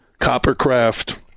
Coppercraft